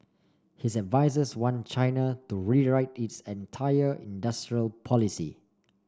his advisers want China to rewrite its entire industrial policy